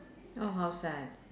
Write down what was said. oh how sad